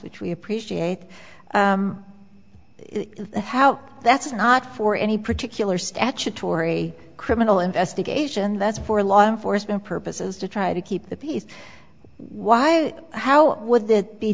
which we appreciate the how that's not for any particular statutory criminal investigation that's for law enforcement purposes to try to keep the peace why how would this be